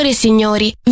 Signori